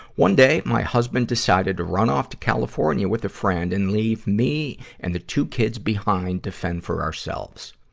one day, my husband decided to run off to california with a friend and leave me and the two kids behind to fend for ourselves.